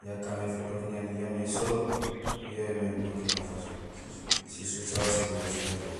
ya kaan mé futook niyanuur yaamé ésolee yo yoomé Burkina Fasso sisuk sa usé nimusmé ijoow.